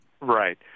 Right